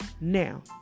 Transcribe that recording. Now